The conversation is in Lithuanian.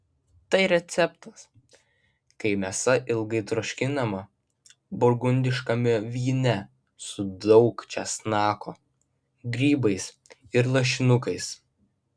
tai receptas kai mėsa ilgai troškinama burgundiškame vyne su daug česnako grybais ir lašinukais